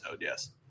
Yes